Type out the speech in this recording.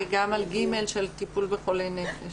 גם על (ג) של טיפול בחולי נפש.